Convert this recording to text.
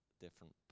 different